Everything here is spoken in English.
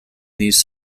these